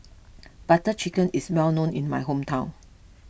Butter Chicken is well known in my hometown